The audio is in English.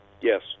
Yes